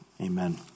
Amen